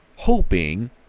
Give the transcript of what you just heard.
hoping